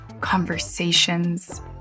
conversations